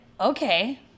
okay